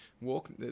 walk